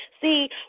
See